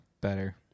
better